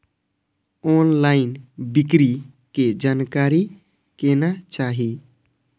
Online बिक्री के जानकारी केना चाही?